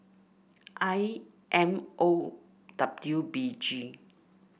I M O W B G